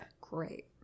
great